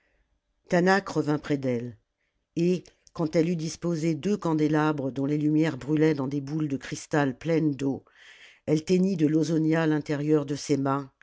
taanach revint près d'elle et quand elle eut disposé deux candélabres dont les lumières brûlaient dans des boules de cristal pleines d'eau elle teignit de lausonia l'intérieur de ses mains